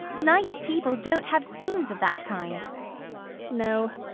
nice people don't have scenes of that kind no,